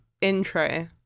intro